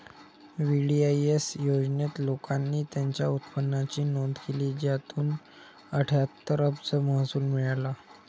VDIS योजनेत, लोकांनी त्यांच्या उत्पन्नाची नोंद केली, ज्यातून अठ्ठ्याहत्तर अब्ज महसूल मिळाला